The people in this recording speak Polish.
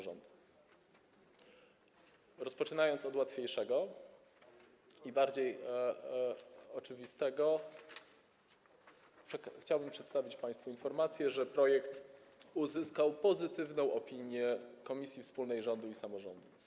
Rozpoczynając od czegoś łatwiejszego i bardziej oczywistego, chciałbym przedstawić państwu informację, że projekt uzyskał pozytywną opinię komisji wspólnej rządu i samorządu.